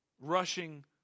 rushing